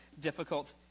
difficult